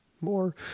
more